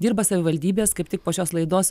dirba savivaldybės kaip tik po šios laidos